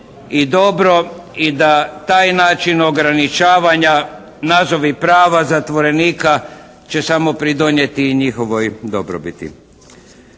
i dobro i da taj način ograničavanja nazovi prava zatvorenika će samo pridonijeti i njihovoj dobrobiti.